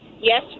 Yes